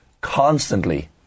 constantly